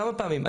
כמה פעמים.